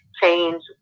change